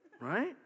Right